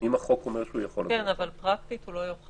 אבל פרקטית הוא לא יוכל.